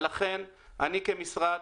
ולכן, אני כמשרד